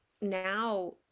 now